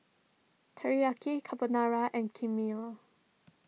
Teriyaki Carbonara and Kheema